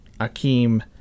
Akeem